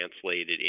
translated